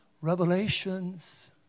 revelations